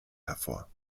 hervor